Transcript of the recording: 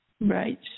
Right